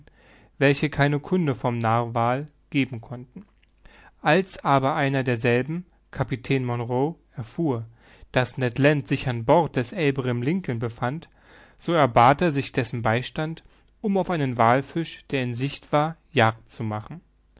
welche keine kunde vom narwal geben konnten als aber einer derselben kapitän monroe erfuhr daß ned land sich an bord des abraham lincoln befand so erbat er sich dessen beistand um auf einen wallfisch der in sicht war jagd zu machen